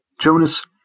Jonas